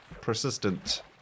persistent